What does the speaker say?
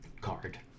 card